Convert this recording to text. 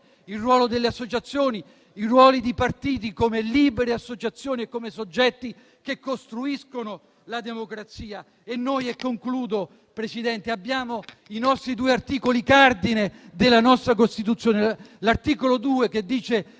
il ruolo delle associazioni, i ruoli di partiti come libere associazioni e come soggetti che costruiscono la democrazia. Signor Presidente, concludo ricordando i due articoli cardine della nostra Costituzione: l'articolo 2, che prevede